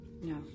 no